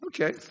Okay